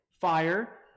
fire